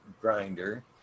grinder